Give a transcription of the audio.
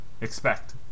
expect